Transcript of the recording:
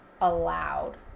allowed